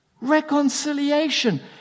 reconciliation